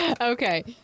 Okay